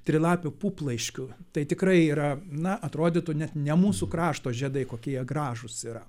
trilapių puplaiškių tai tikrai yra na atrodytų net ne mūsų krašto žiedai kokie jie gražūs yra